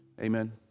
Amen